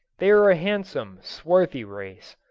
they are a handsome swarthy race.